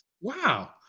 Wow